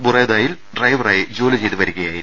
ബുറൈദായിൽ ഡ്രൈവറായി ജോലി ചെയ്ത് വരികയായിരുന്നു